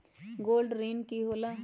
Gold ऋण की होला?